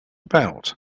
about